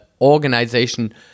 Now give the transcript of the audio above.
organization